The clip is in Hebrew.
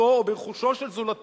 בחירותו או ברכושו של זולתו,